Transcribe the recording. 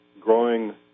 growing